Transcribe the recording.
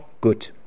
good